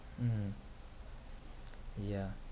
mmhmm yeah